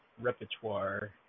repertoire